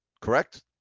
Correct